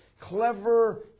Clever